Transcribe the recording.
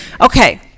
Okay